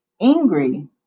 angry